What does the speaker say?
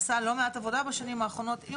עשה לא מעט עבודה בשנים האחרונות עם